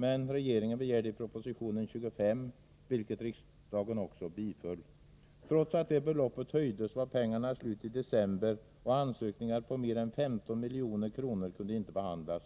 Men regeringen begärde i propositionen 25 miljoner, vilket riksdagen biföll. Trots att beloppet höjdes var pengarna slut i december, och ansökningar på mer än 15 milj.kr. kunde inte behandlas.